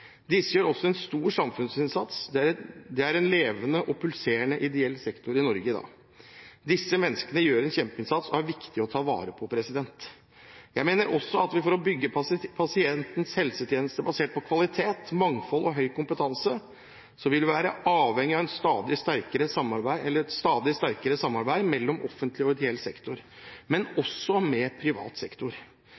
Disse gjør også en stor samfunnsinnsats. Det er en levende og pulserende ideell sektor i Norge i dag. Disse menneskene gjør en kjempeinnsats og er viktig å ta vare på. Jeg mener også at for å bygge pasientens helsetjeneste basert på kvalitet, mangfold og høy kompetanse, vil vi være avhengige av et stadig sterkere samarbeid mellom offentlig og ideell sektor, men